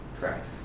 Correct